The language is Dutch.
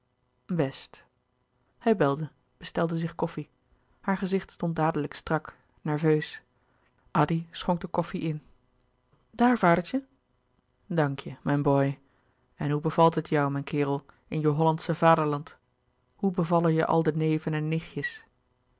best hij belde bestelde zich koffie haar gezicht stond dadelijk strak nerveus addy schonk de koffie in daar vadertje dank je mijn boy en hoe bevalt het jou mijn kerel in je hollandsche vaderland hoe bevallen je al de neven en nichtjes